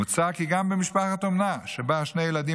מוצע כי גם במשפחת אומנה שבה שני ילדים